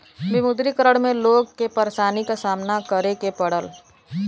विमुद्रीकरण में लोग के परेशानी क सामना करे के पड़ल